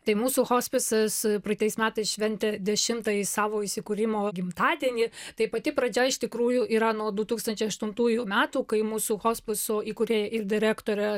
tai mūsų hospisas praeitais metais šventė dešimtąjį savo įsikūrimo gimtadienį tai pati pradžia iš tikrųjų yra nuo du tūkstančiai aštuntųjų metų kai mūsų hospiso įkūrėja ir direktorė